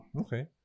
Okay